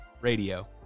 radio